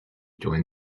joined